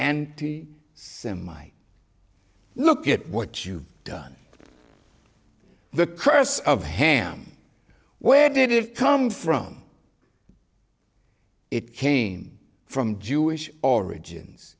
and semi look at what you've done the curse of ham where did it come from it came from jewish origins